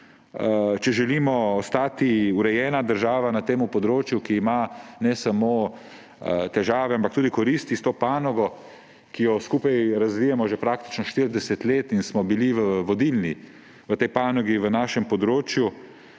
če želimo ostati urejena država na tem področju, ki ima ne samo težave, ampak tudi koristi s to panogo, ki jo skupaj razvijamo že praktično 40 let, in smo bili vodilni v tej panogi. Na našem območju